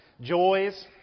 joys